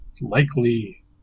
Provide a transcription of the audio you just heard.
likely